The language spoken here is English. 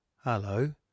hello